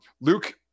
Luke